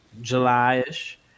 July-ish